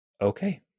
Okay